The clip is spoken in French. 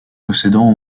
possédant